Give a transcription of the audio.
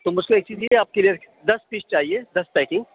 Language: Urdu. تو مجھ کو ایک چیز یہ آپ کلیئر دس پیس چاہیے دس پیکنگ